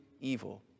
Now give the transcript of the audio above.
evil